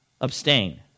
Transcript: abstain